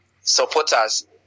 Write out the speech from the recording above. supporters